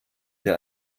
der